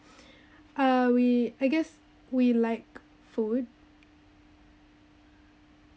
uh we I guess we like food